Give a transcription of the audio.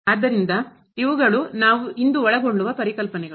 ಆದ್ದರಿಂದ ಇವುಗಳು ನಾವು ಇಂದು ಒಳಗೊಳ್ಳುವ ಪರಿಕಲ್ಪನೆಗಳು